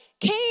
came